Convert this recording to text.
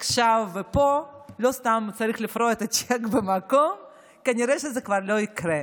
עכשיו ופה לא סתם צריך לפרוע את הצ'ק במקום זה כנראה כבר לא יקרה.